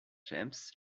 james